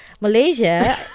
Malaysia